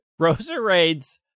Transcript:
Roserade's